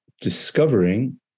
discovering